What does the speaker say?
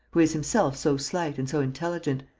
who is himself so slight and so intelligent,